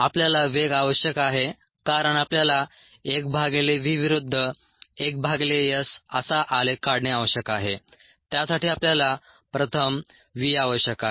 आपल्याला वेग आवश्यक आहे कारण आपल्याला 1 भागिले v विरुद्ध 1 भागिले s असा आलेख काढणे आवश्यक आहे त्यासाठी आपल्याला प्रथम v आवश्यक आहे